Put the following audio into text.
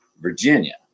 Virginia